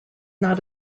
not